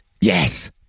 Yes